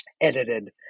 edited